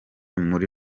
muri